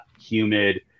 humid